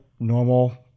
normal